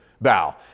bow